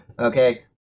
okay